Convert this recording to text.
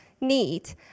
need